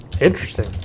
Interesting